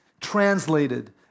translated